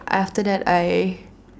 after that I